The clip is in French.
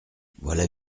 voilà